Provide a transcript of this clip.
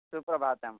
सुप्रभातम्